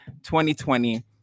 2020